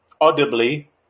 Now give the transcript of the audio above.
audibly